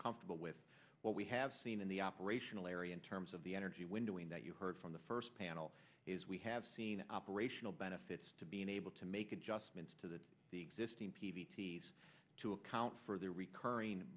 comfortable with what we have seen in the operational area in terms of the energy when doing that you heard from the first panel is we have seen operational benefits to being able to make adjustments to the existing p v t to account for the recurring